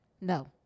No